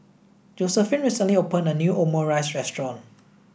Josephine recently opened a new Omurice restaurant